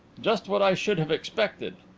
just what i should have expected.